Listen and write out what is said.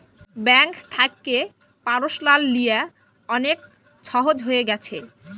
bank থ্যাকে personal লিয়া অলেক ছহজ হঁয়ে গ্যাছে